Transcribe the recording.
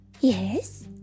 Yes